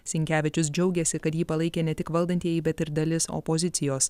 sinkevičius džiaugėsi kad jį palaikė ne tik valdantieji bet ir dalis opozicijos